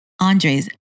Andre's